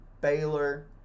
Baylor